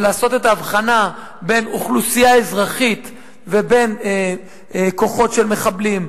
ולעשות את ההבחנה בין אוכלוסייה אזרחית ובין כוחות של מחבלים,